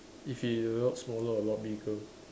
if he a lot smaller a lot bigger